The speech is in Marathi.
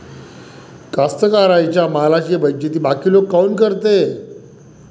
कास्तकाराइच्या मालाची बेइज्जती बाकी लोक काऊन करते?